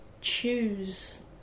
choose